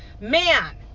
Man